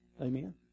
Amen